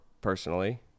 personally